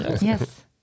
Yes